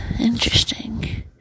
interesting